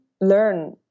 learn